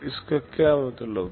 इसका क्या मतलब है